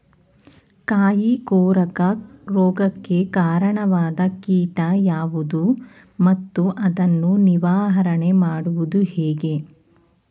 ಕಾಯಿ ಕೊರಕ ರೋಗಕ್ಕೆ ಕಾರಣವಾದ ಕೀಟ ಯಾವುದು ಮತ್ತು ಅದನ್ನು ನಿವಾರಣೆ ಮಾಡುವುದು ಹೇಗೆ?